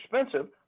expensive